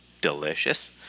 delicious